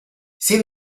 sin